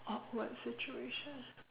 awkward situation